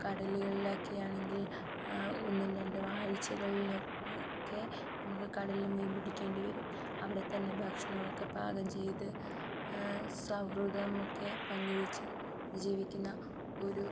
കടലുകളിലൊക്കെയാണെങ്കിൽ ഒന്നും രണ്ടും ആഴ്ചകളില് ഒക്കേ നമുക്ക് കടലില് മീൻ പിടിക്കേണ്ടി വരും അവിടെത്തന്നേ ഭക്ഷണമൊക്കെ പാകം ചെയ്ത് സൗഹൃദം ഒക്കേ പങ്കുവെച്ച് ജീവിക്കുന്ന ഒരു